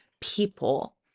people